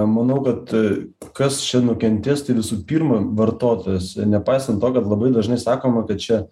manau kad kas čia nukentės tai visų pirma vartotojas nepaisant to kad labai dažnai sakoma kad čia